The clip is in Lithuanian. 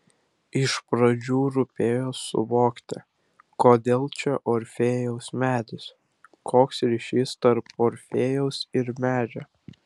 iš pradžių rūpėjo suvokti kodėl čia orfėjaus medis koks ryšys tarp orfėjaus ir medžio